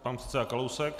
Pan předseda Kalousek.